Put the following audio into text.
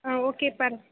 ah okay per